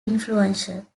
influential